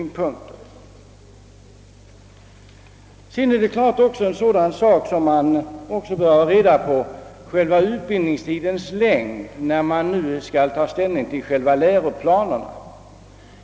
Utbildningstidens längd bör vi också veta något om, när vi nu skall ta ställning till själva läroplanerna.